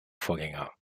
vorgänger